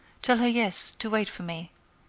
tell her yes to wait for me.